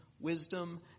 wisdom